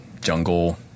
Jungle